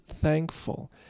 thankful